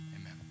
amen